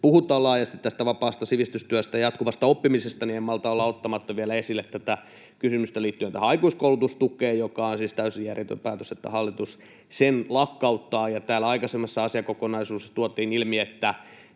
puhutaan laajasti tästä vapaasta sivistystyöstä ja jatkuvasta oppimisesta, en malta olla ottamatta vielä esille kysymystä liittyen tähän aikuiskoulutustukeen. On siis täysin järjetön päätös, että hallitus sen lakkauttaa. Täällä aikaisemmassa asiakokonaisuudessa tuotiin ilmi, että